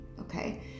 Okay